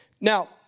Now